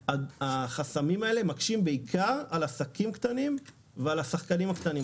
החסמים האלה מקשים בעיקר על עסקים קטנים ועל השחקנים הקטנים.